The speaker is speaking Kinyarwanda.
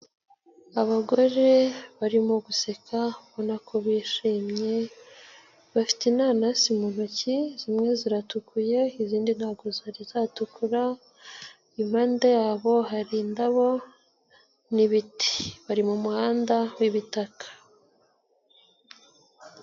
Abagore barimo guseka ubona ko bishimye, bafite inanasi mu ntoki zimwe ziratukuye, izindi ntago zari zatukura, impande yabo hari indabo n'ibiti bari mu muhanda w'ibitaka.